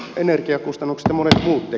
se on kokonaisuus